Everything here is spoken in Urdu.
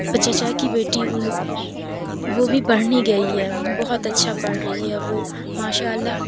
تو چاچا کی بیٹی وہ بھی پڑھنے گئی ہے بہت اچھا پڑھ رہی ہے وہ ماشاء اللہ